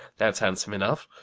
that's handsome enough.